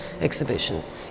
exhibitions